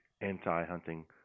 anti-hunting